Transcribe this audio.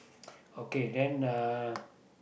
okay then uh